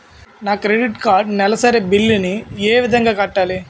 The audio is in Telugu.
నా క్రెడిట్ కార్డ్ నెలసరి బిల్ ని ఏ విధంగా కట్టాలి?